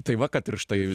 tai va kad tirštai